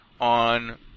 on